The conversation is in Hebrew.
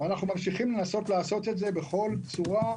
ואנחנו ממשיכים לנסות לעשות את זה בכל צורה,